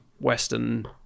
Western